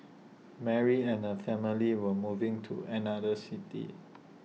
Mary and her family were moving to another city